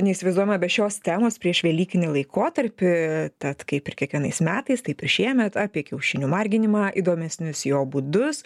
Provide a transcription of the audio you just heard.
neįsivaizduojama be šios temos prieš velykinį laikotarpį tad kaip ir kiekvienais metais taip ir šiemet apie kiaušinių marginimą įdomesnius jo būdus